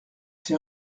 ces